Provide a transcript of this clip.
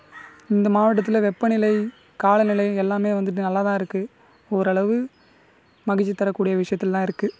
இந்த மாவட்டத்தில் வெப்பநிலை காலநிலை எல்லாமே வந்துட்டு நல்லா தான் இருக்குது ஓரளவு மகிழ்ச்சி தரக்கூடிய விஷயத்துலலாம் இருக்குது